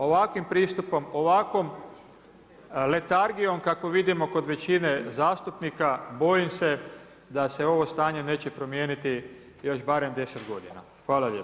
Ovakvim pristupom, ovakvom letargijom kakvu vidimo kod većine zastupnika, bojim se da se ovo stanje neće promijeniti još barem 10 godina.